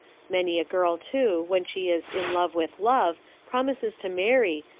many a girl, too, when she is in love with love promises to marry,